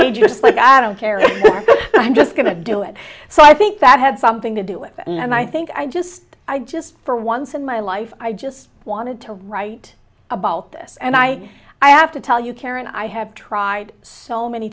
just like i don't care i'm just going to do it so i think that had something to do with and i think i just i just for once in my life i just wanted to write about this and i i have to tell you karen i have tried so many